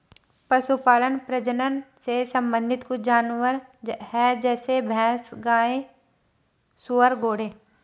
पशुपालन प्रजनन से संबंधित कुछ जानवर है जैसे भैंस, गाय, सुअर, घोड़े